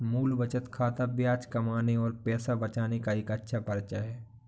मूल बचत खाता ब्याज कमाने और पैसे बचाने का एक अच्छा परिचय है